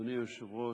אדוני היושב-ראש,